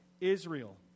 Israel